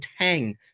tang